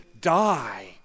die